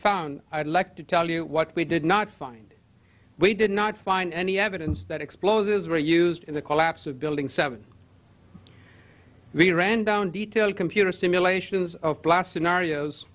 found i'd like to tell you what we did not find we did not find any evidence that explosives were used in the collapse of building seven we ran down detail computer simulations of blas